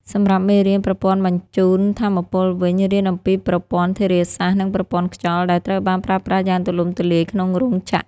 សម្រាប់មេរៀនប្រព័ន្ធបញ្ជូនថាមពលវិញ រៀនអំពីប្រព័ន្ធធារាសាស្ត្រ និងប្រព័ន្ធខ្យល់ ដែលត្រូវបានប្រើប្រាស់យ៉ាងទូលំទូលាយក្នុងរោងចក្រ។